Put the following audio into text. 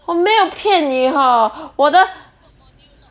我没有骗你 hor 我的